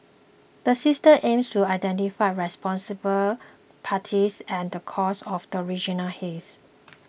the system aims to identify responsible parties and the causes of regional haze